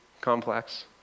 complex